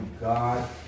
God